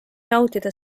nautida